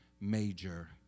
major